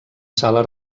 sala